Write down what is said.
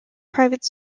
private